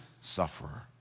sufferer